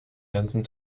ganzen